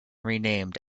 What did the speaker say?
renamed